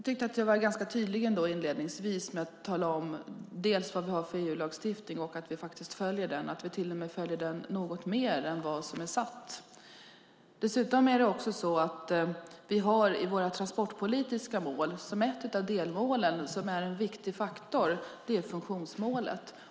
Fru talman! Jag tycker att jag var ganska tydlig inledningsvis med att tala om vad vi har för EU-lagstiftning och att vi faktiskt följer den. Vi går till och med något längre än vad lagen kräver. Dessutom har vi i våra transportpolitiska mål som ett av delmålen, som är en viktig faktor, funktionsmålet.